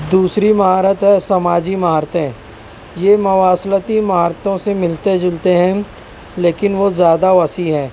دوسری مہارت ہے سماجی مہارتیں یہ مواصلاتی مہارتوں سے ملتے جلتے ہیں لیکن وہ زیادہ وسیع